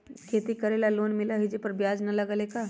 खेती करे ला लोन मिलहई जे में ब्याज न लगेला का?